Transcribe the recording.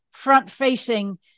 front-facing